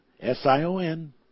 S-I-O-N